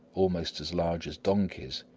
almost as large as donkeys,